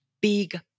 big